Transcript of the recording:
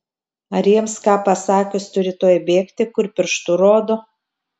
ar jiems ką pasakius turi tuoj bėgti kur pirštu rodo